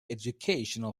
educational